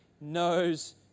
knows